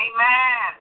Amen